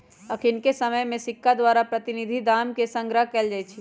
अखनिके समय में सिक्का द्वारा प्रतिनिधि दाम के संग्रह कएल जाइ छइ